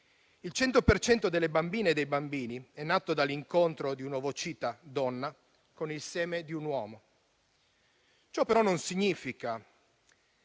cento delle bambine e dei bambini è nato dall'incontro dell'ovocita di una donna con il seme di un uomo. Ciò però non significa